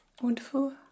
Wonderful